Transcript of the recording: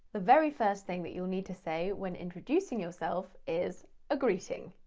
the very first thing that you'll need to say when introducing yourself is a greeting.